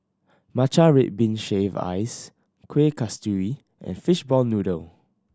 matcha red bean shaved ice Kuih Kasturi and fishball noodle